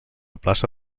plaça